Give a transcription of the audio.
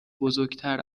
بزرگتر